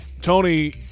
Tony